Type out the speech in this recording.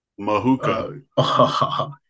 Mahuka